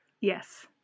yes